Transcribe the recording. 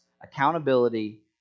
accountability